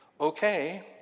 okay